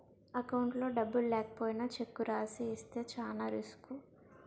అకౌంట్లో డబ్బులు లేకపోయినా చెక్కు రాసి ఇస్తే చానా రిసుకు